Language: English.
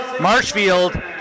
Marshfield